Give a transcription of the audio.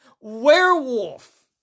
Werewolf